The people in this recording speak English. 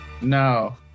No